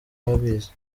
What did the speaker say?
abizi